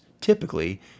typically